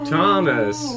Thomas